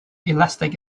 elastic